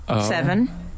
seven